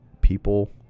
people